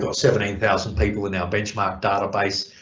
so seventeen thousand people in our benchmark database